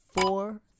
four